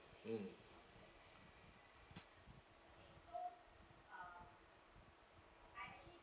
mm